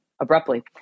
abruptly